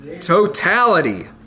Totality